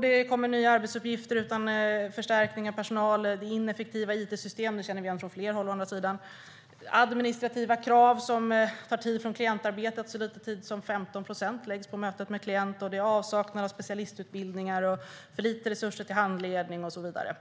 Det kommer nya arbetsuppgifter utan förstärkning av personal. Det är ineffektiva it-system. Det känner vi å andra sidan igen från flera håll. Det är administrativa krav som tar tid från klientarbetet. Så lite tid som 15 procent läggs på mötet med klient. Det råder en avsaknad av specialistutbildning, det ges för lite resurser till handledning och så vidare.